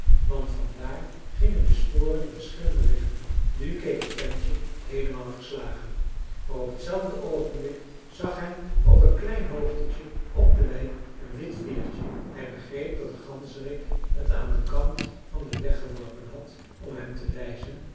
want van daar gingen de sporen in verschillende richting nu keek het ventje heelemaal verslagen maar op hetzelfde oogenblik zag hij op een klein hoogtetje op de hei een wit veertje hij begreep dat de ganzerik het aan den kant van den weg geworpen had om hem te wijzen